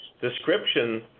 description –